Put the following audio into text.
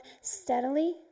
steadily